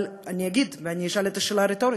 אבל אני אגיד, אני אשאל את השאלה הרטורית: